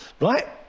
right